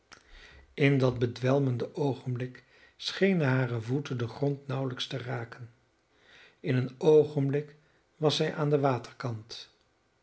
in dat bedwelmende oogenblik schenen hare voeten den grond nauwelijks te raken in een oogenblik was zij aan den waterkant